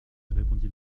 répondit